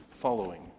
Following